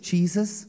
Jesus